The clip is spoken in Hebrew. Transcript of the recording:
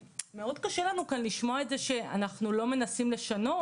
מאוד קשה לנו כאן לשמוע את זה שאנחנו לא מנסים לשנות.